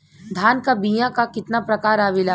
धान क बीया क कितना प्रकार आवेला?